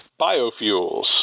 Biofuels